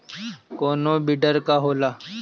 कोनो बिडर का होला?